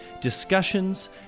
discussions